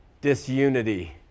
disunity